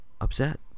upset